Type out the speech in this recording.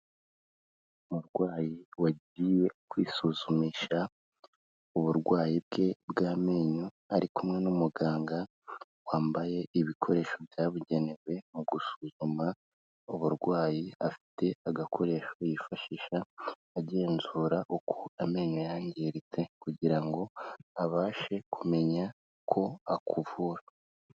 Umurwayi wagiye kwisuzumisha uburwayi bwe bw'amenyo, ari kumwe n'umuganga wambaye ibikoresho byabugenewe mu gusuzuma uburwayi, afite agakoresho yifashisha agenzura uko amenyo yangiritse kugira ngo abashe kumenya ko akuvura.